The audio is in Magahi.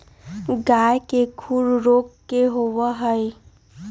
गाय के खुर रोग का होबा हई?